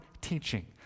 teaching